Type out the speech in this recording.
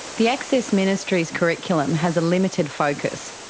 the access ministries curriculum has a limited focus.